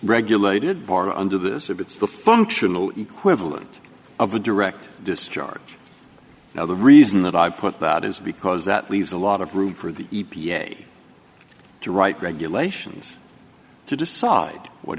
regulated bar under this if it's the functional equivalent of a direct discharge now the reason that i put that is because that leaves a lot of room for the e p a to write regulations to decide what